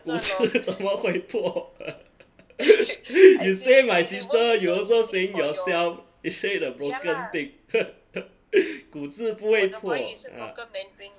骨质怎么会破 you say my sister you also saying yourself you say the broken thing 骨质不会破 ah